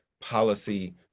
policy